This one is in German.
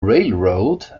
railroad